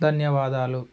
ధన్యవాదాలు